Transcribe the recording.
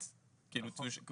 זאת